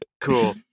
Cool